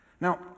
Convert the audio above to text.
Now